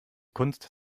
kunst